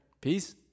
peace